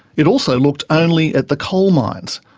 it also looked only at the coal mines.